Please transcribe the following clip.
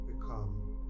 become